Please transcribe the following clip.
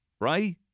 Right